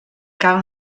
cal